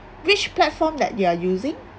which platform that you're using